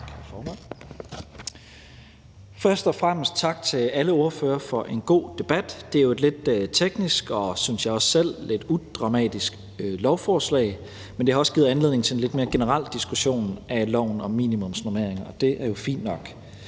Tak, formand. Først og fremmest tak til alle ordførere for en god debat. Det er jo et lidt teknisk og – synes jeg også selv – lidt udramatisk lovforslag, men det har også givet anledning til en lidt mere generel diskussion af loven om minimumsnormeringer, og det er jo fint nok.